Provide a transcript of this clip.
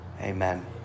Amen